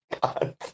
God